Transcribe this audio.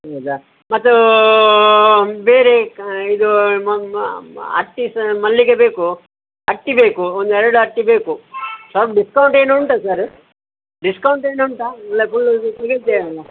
ಹೌದಾ ಮತ್ತೂ ಬೇರೆ ಕ ಇದೂ ಮ ಮ ಮ ಅಟ್ಟಿ ಸ ಮಲ್ಲಿಗೆ ಬೇಕು ಅಟ್ಟಿ ಬೇಕು ಒಂದು ಎರಡು ಅಟ್ಟಿ ಬೇಕು ಸ್ವಲ್ಪ ಡಿಸ್ಕೌಂಟ್ ಏನು ಉಂಟ ಸರ್ ಡಿಸ್ಕೌಂಟ್ ಏನು ಉಂಟಾ